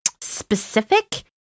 specific